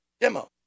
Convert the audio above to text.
demo